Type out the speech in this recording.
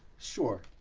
sure,